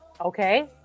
Okay